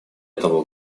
того